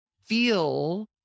feel